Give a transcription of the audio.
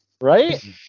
Right